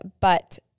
but-